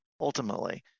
ultimately